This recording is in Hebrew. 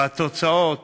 והתוצאות